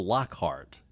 Lockhart